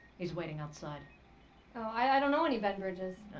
he's waiting outside oh, i don't know any ben bridges.